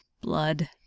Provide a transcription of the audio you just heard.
blood